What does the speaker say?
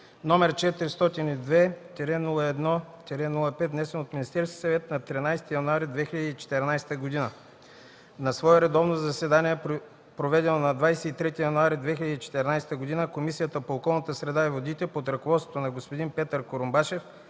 № 402-01-5, внесен от Министерския съвет на 13 януари 2014 г. На свое редовно заседание, проведено на 23 януари 2014 г., Комисията по околната среда и водите, под ръководството на господин Петър Курумбашев